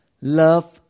love